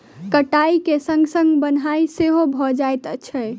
कटाइक संग संग बन्हाइ सेहो भ जाइत छै